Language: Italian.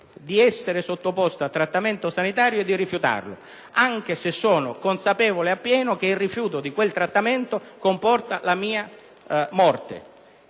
di essere sottoposto a trattamento sanitario e di rifiutarlo, anche se sono consapevole appieno che il rifiuto di quel trattamento comporta la mia morte;